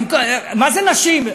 נשים, מה זה נשים?